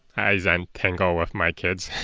i zentangle with my kids.